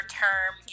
term